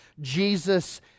Jesus